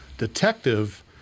detective